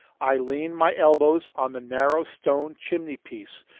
i leaned my elbows on the narrow stone chimney-piece,